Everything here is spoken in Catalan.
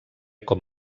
com